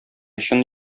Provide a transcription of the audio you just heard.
чын